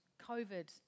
COVID